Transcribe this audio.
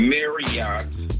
Marriott